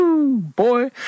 Boy